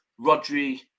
Rodri